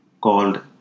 called